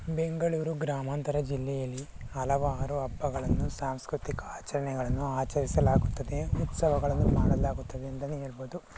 ಬೆಂಗಳೂರು ಗ್ರಾಮಾಂತರ ಜಿಲ್ಲೆಯಲ್ಲಿ ಹಲವಾರು ಹಬ್ಬಗಳನ್ನು ಸಾಂಸ್ಕೃತಿಕ ಆಚರಣೆಗಳನ್ನು ಆಚರಿಸಲಾಗುತ್ತದೆ ಉತ್ಸವಗಳನ್ನು ಮಾಡಲಾಗುತ್ತದೆ ಅಂತಲೇ ಹೇಳ್ಬೋದು